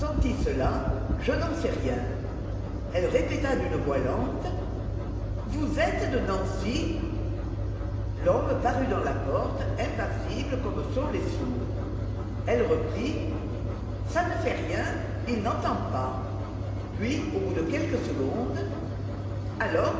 cela je n'en sais rien elle répéta d'une voix lente vous êtes de nancy l'homme parut dans la porte impassible comme sont les sourds elle reprit ça ne fait rien ii n'entend pas puis au bout de quelques secondes alors